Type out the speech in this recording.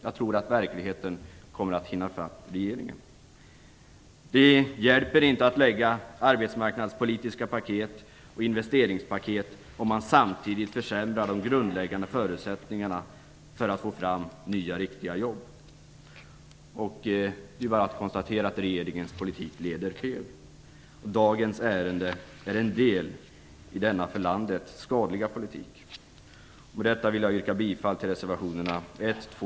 Jag tror att verkligheten kommer att hinna fatt regeringen. Det hjälper inte att lägga fram arbetsmarknadspolitiska paket och investeringspaket om man samtidigt försämrar de grundläggande förutsättningarna för att få fram nya riktiga jobb. Det är bara att konstatera att regeringens politik leder fel. Dagens ärende är en del i denna för landets skadliga politik. Med detta yrkar jag bifall till reservationerna 1, 2,